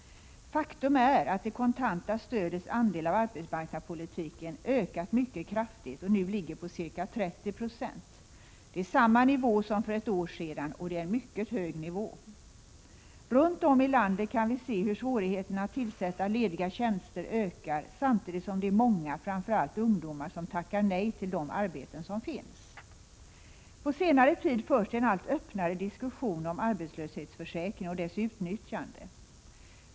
Faktum är att det kontanta stödets andel av arbetsmarknadspolitiken ökat mycket kraftigt och nu ligger på ca 30 20. Det är samma nivå som för ett år sedan, och det är en mycket hög nivå. Runt om i landet kan vi se hur svårigheterna att tillsätta lediga tjänster ökar samtidigt som många, framför allt ungdomar, tackar nej till de arbeten som finns. På senare tid har det förts en allt öppnare diskussion om arbetslöshetsförsäkringen och dess utnyttjande.